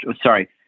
sorry